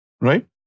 right